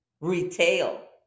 retail